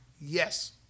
Yes